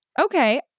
Okay